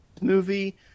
movie